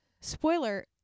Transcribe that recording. Spoiler